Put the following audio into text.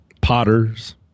potters